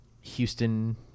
Houston